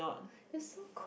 it's so